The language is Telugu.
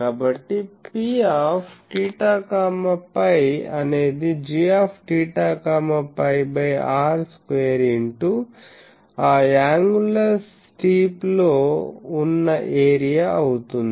కాబట్టి Piθ φ అనేది gθ φr స్క్వేర్ ఇంటూ ఆ యాంగులర్ స్టీప్ లో ఉన్న ఏరియా అవుతుంది